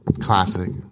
Classic